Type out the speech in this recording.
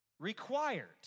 Required